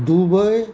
Dubai